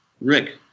Rick